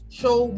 show